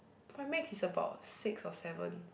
my max is about six or seven